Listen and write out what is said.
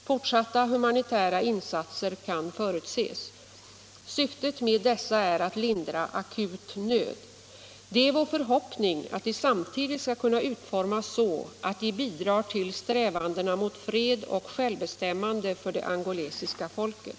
Fortsatta humanitära insatser kan förutses. Syftet med dessa är att lindra akut nöd. Det är vår förhoppning att de samtidigt skall kunna utformas så att de bidrar till strävandena mot fred och självbestämmande för det angolesiska folket.